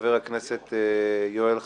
חבר הכנסת יואל חסון,